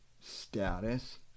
status